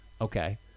Okay